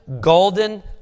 golden